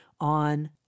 on